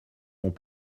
font